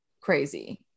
crazy